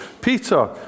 Peter